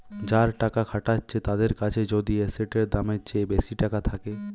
যারা টাকা খাটাচ্ছে তাদের কাছে যদি এসেটের দামের চেয়ে বেশি টাকা থাকে